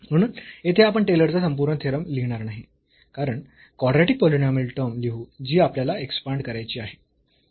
म्हणून येथे आपण टेलरचा संपूर्ण थेरम लिहणार नाही पण कॉड्रॅटिक पॉलिनॉमियल टर्म लिहू जी आपल्याला एक्सपांड करायची आहे